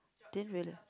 didn't really